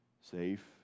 safe